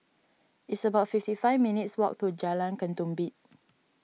it's about fifty five minutes' walk to Jalan Ketumbit